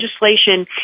legislation